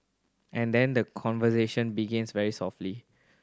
and then the conversation begins very softly